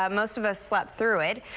um most of us slept through it.